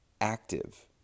active